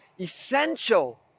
essential